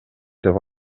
деп